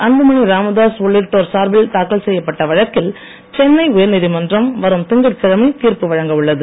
அன்புமணி ராமதாஸ் உள்ளிட்டோர் சார்பில் தாக்கல் செய்யப்பட்ட வழக்கில் சென்னை உயர் நீதிமன்றம் வரும் திங்கட்கிழமை தீர்ப்பு வழங்க உள்ளது